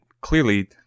clearly